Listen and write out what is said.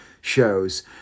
shows